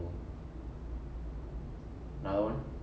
another one